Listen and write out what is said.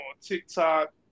TikTok